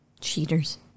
Cheaters